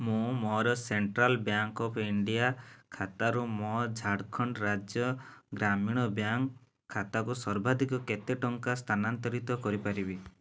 ମୁଁ ମୋର central bank of India ଖାତାରୁ ମୋ ଝାଡ଼ଖଣ୍ଡ ରାଜ୍ୟ ଗ୍ରାମୀଣ ବ୍ୟାଙ୍କ୍ ଖାତାକୁ ସର୍ବାଧିକ କେତେ ଟଙ୍କା ସ୍ଥାନାନ୍ତରିତ କରିପାରିବି